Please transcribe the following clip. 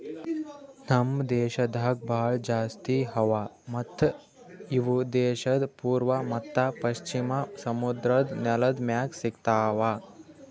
ನಮ್ ದೇಶದಾಗ್ ಭಾಳ ಜಾಸ್ತಿ ಅವಾ ಮತ್ತ ಇವು ದೇಶದ್ ಪೂರ್ವ ಮತ್ತ ಪಶ್ಚಿಮ ಸಮುದ್ರದ್ ನೆಲದ್ ಮ್ಯಾಗ್ ಸಿಗತಾವ್